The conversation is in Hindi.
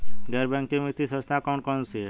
गैर बैंकिंग वित्तीय संस्था कौन कौन सी हैं?